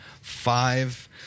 five